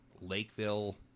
Lakeville